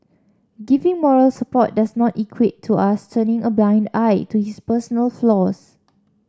giving moral support does not equate to us turning a blind eye to his personal flaws